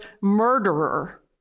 murderer